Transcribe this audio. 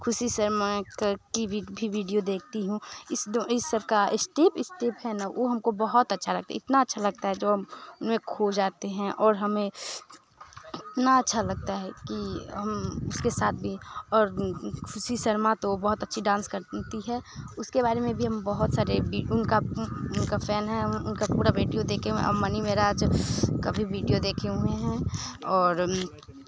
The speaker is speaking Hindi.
खुशी शर्मा की भी विडिओ देखती हूँ इस दो इस सब का इष्टेप इस्टेप है ना वह हमको बहुत अच्छा लगता है इतना अच्छा लगता है जो मैं खो जाती हूँ और हमें इतना अच्छा लगता है कि हम उसके साथ भी और खुशी शर्मा तो बहुत अच्छी डांस करती है उसके बारे में भी हम बहुत सारे बी उनका फ़ैन है उनका पूरा विडिओ देखे हुए हैं और मनी मेराज का भी विडिओ देखे हुए हैं और